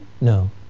No